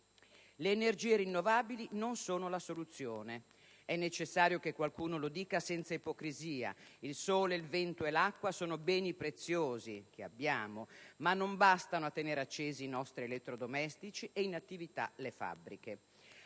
Le energie rinnovabili non sono la soluzione. È necessario che qualcuno lo dica senza ipocrisie. Il sole, il vento e l'acqua sono beni preziosi a nostra disposizione, ma non bastano a tenere accesi i nostri elettrodomestici e in attività le fabbriche.